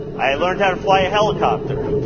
i learned how to fly a helicopter,